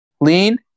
Lean